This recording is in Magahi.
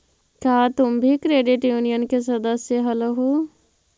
का तुम भी क्रेडिट यूनियन के सदस्य हलहुं?